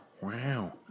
wow